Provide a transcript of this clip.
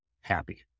happy